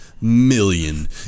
million